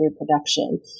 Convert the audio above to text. reproduction